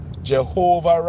Jehovah